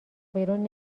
بیرون